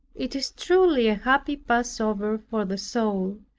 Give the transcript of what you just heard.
it is truly a happy passover for the soul,